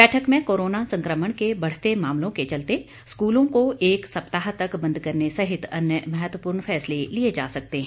बैठक में कोरोना संक्रमण के बढ़ते मामलों के चलते स्कूलों को एक सप्ताह तक बंद करने सहित अन्य महत्वपूर्ण फैसले लिए जा सकते हैं